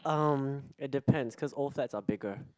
um it depends cause old flats are bigger